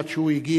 עד שהוא הגיע,